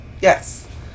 Yes